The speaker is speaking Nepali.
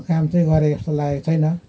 अँ काम चाहिँ गरेको जस्तो लागेको छैन